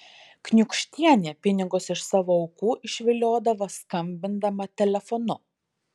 kniūkštienė pinigus iš savo aukų išviliodavo skambindama telefonu